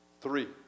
Three